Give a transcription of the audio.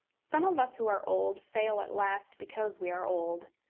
some of us who are old fail at last because we are old.